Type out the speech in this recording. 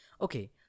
Okay